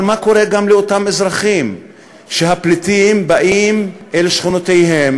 אבל מה קורה גם לאותם אזרחים שהפליטים באים אל שכונותיהם